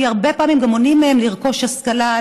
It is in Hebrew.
כי הרבה פעמים גם מונעים מהן לרכוש השכלה,